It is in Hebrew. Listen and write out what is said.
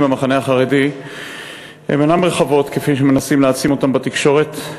במחנה החרדי אינן רחבות כפי שמנסים להעצים אותן בתקשורת,